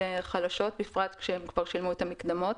בפרט כששילמו כבר את המקדמות.